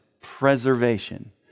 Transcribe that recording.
preservation